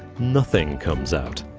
nothing comes out.